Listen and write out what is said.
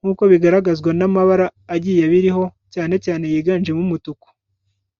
nkuko bigaragazwa n'amabara agiye abiriho, cyane cyane yiganjemo umutuku.